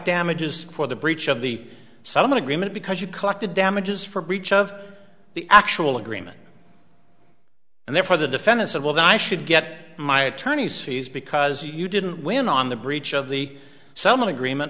damages for the breach of the settlement agreement because you collected damages for breach of the actual agreement and therefore the defendant said well then i should get my attorney's fees because you didn't win on the breach of the some agreement